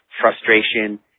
frustration